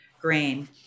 grain